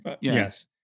yes